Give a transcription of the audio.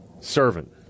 servant